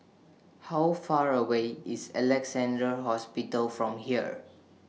How Far away IS Alexandra Hospital from here